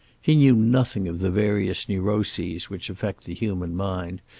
he knew nothing of the various neuroses which affect the human mind,